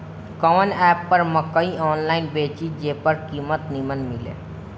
कवन एप पर मकई आनलाइन बेची जे पर कीमत नीमन मिले?